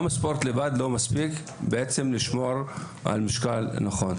ספורט לבד לא מספיק כדי לשמור על משקל נכון,